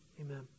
Amen